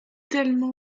tellement